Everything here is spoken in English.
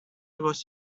was